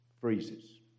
freezes